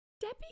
Debbie